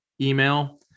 email